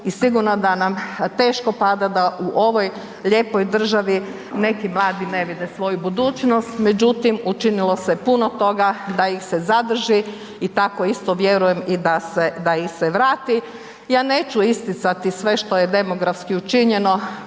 i sigurno da nam teško pada da u ovoj lijepoj državi neki mladi ne vide svoju budućnost međutim učinilo se puno toga da ih zadrži i tako isto vjerujem i da ih se vrati. Ja neću isticati sve što je demografski učinjeno,